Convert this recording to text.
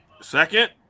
Second